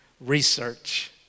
research